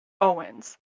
Owens